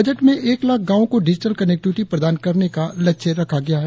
budget में एक लाख गांवों को डिजिटल कनेक्टिविटी प्रदान करने का लक्ष्य रखा गया है